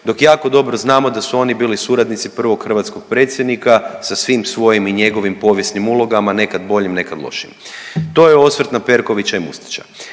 dok jako dobro znamo da su oni bili suradnici prvog hrvatskog predsjednika sa svim svojim i njegovim povijesnim ulogama nekad boljim, nekad lošijim. To je osvrt na Perkovića i Mustača,